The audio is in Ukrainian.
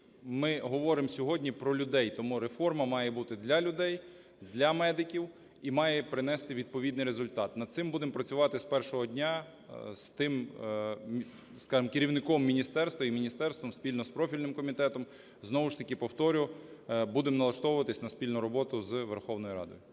ми говоримо сьогодні про людей. Тому реформа має бути для людей, для медиків і має принести відповідний результат. Над цим будемо працювати з першого дня з тим, скажімо, керівником міністерства і міністерством, спільно з профільним комітетом. Знову ж таки, повторю, будемо налаштовуватися на спільну роботу з Верховною Радою.